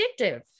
addictive